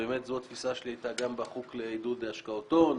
וזו היתה התפיסה שלי גם בחוק לעידוד השקעות הון,